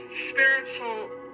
spiritual